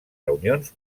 reunions